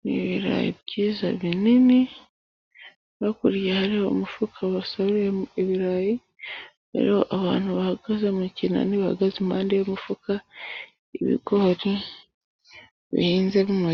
ni ibirayi byiza binini, hakurya hari umufuka basaruriyemo ibirayi, biriho abantu bahagaze mu kinani, bahagaze impande y'umufuka, ibigori bihinze mu ma.